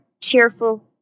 cheerful